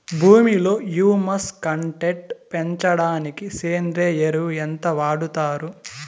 భూమిలో humus content పెంచడానికి సేంద్రియ ఎరువు ఎంత వాడుతారు